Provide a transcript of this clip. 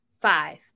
five